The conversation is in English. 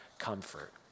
comfort